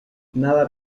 nada